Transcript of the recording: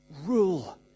rule